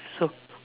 so